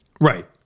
Right